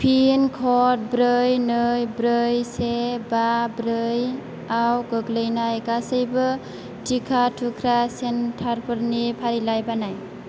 pin code ब्रै नै ब्रै से बा ब्रै आव गोग्लैनाय गासैबो टिका थुग्रा सेन्टारफोरनि फारिलाइ बानाय